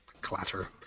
Clatter